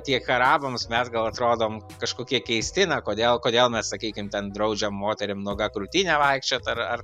tiek arabams mes gal atrodom kažkokie keisti na kodėl kodėl mes sakykim ten draudžiam moterim nuoga krūtine vaikščiot ar ar